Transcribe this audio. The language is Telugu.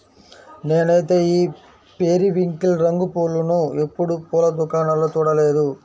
నేనైతే ఈ పెరివింకిల్ రంగు పూలను ఎప్పుడు పూల దుకాణాల్లో చూడలేదు